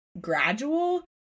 gradual